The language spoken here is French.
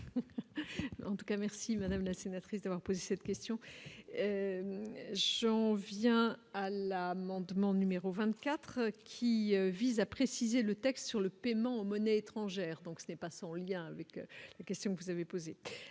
en tout cas merci madame la sénatrice d'avoir posé cette question, j'en viens à l'amendement numéro 24 qui vise à préciser le texte sur le paiement aumône étrangère donc ce n'est pas sans lien avec la question vous avez posé.